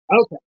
Okay